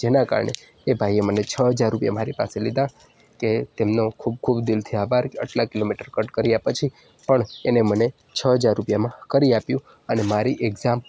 જેના કારણે એ ભાઈએ મને છ હજાર રૂપિયા મારી પાસે લીધા તે તેમનો ખૂબ ખૂબ દિલથી આભાર કે અટલા કિલોમીટર કટ કર્યા પછી પણ એણે મને છ હજાર રૂપિયામાં કરી આપ્યું અને મારી એક્ઝામ